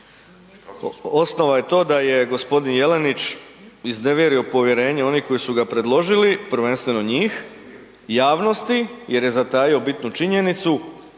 osnova je to da je g. Jelenić iznevjerio povjerenje onih koji su ga predložili. Prvenstveno njih, javnosti jer je zatajio bitnu činjenicu.